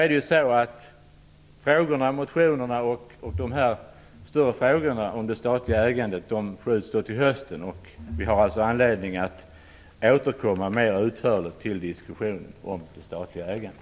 Behandlingen av motionerna och de stora frågorna om det statliga ägandet skjuts nu upp till hösten, och vi får då anledning att återkomma mer utförligt till diskussionen om det statliga ägandet.